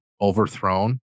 overthrown